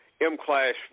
M-Clash